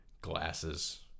glasses